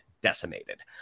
decimated